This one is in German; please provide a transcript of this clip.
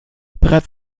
bereits